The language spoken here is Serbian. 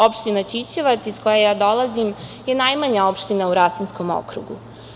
Opština Ćićevac iz koje ja dolazim, je najmanja opština u Rasinskom okrugu.